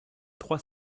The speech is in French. trois